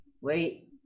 Wait